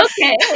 Okay